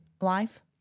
life